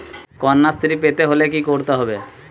কন্যাশ্রী পেতে হলে কি করতে হবে?